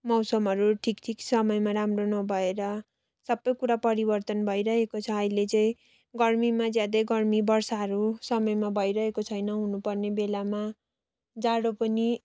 मौसमहरू ठिक ठिक समयमा राम्रो नभएर सबै कुरा परिवर्तन भइरहेको छ अहिले चाहिँ गर्मीमा ज्यादै गर्मी वर्षाहरू समयमा भइरहेको छैन हुनु पर्ने बेलामा जाडो पनि